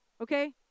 okay